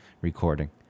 recording